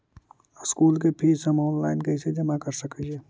School के फीस हम ऑनलाइन कैसे जमा कर सक हिय?